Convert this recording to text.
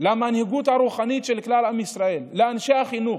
למנהיגות הרוחנית של כלל עם ישראל, לאנשי החינוך: